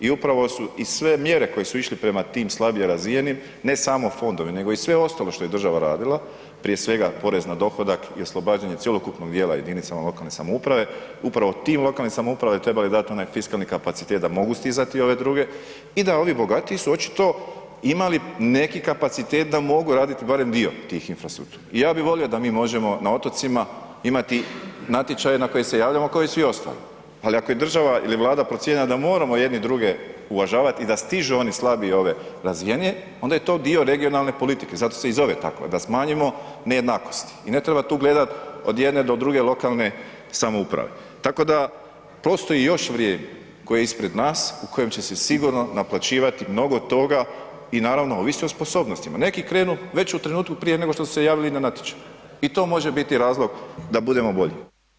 I upravo su i sve mjere koje su išle prema tim slabije razvijenim ne samo fondovi nego i sve ostalo što je država radila, prije svega, porez na dohodak i oslobađanje cjelokupnog dijela jedinicama lokalne samouprave, upravo tim lokalnim samoupravama su trebali dat onaj fiskalni kapacitet da mogu stizati ove druge i da oni bogatiji su očito imali neki kapacitet da mogu radit barem dio tih infrastrukturnih, ja bi volio da mi možemo na otocima imati natječaj na koji se javljamo kao i svi ostali, ali ako je država ili Vlada procijenila da moramo jedni druge uvažavat i da stižu oni slabiji ove razvijenije, onda je to dio regionalne politike, zato se i zove tako, da smanjimo nejednakosti i ne treba tu gledat od jedne do druge lokalne samouprave, tako da postoji još vrijeme koje je ispred nas, u kojem će se sigurno naplaćivati mnogo toga i naravno, ovisi o sposobnostima, neki krenu već u trenutku prije nego što su se javili na natječaj i to može biti razlog da budemo bolji.